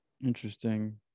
interesting